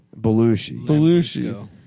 Belushi